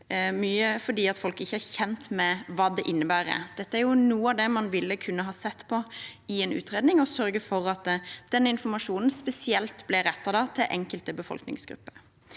på, er folk kanskje ikke kjent med hva det innebærer. Dette er noe av det man ville kunne se på i en utredning, og å sørge for at den informasjonen spesielt ble rettet til enkelte befolkningsgrupper.